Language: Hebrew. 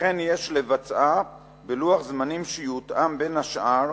וכן יש לבצעה בלוח זמנים שיותאם, בין השאר,